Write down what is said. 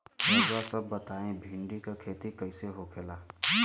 रउआ सभ बताई भिंडी क खेती कईसे होखेला?